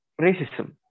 racism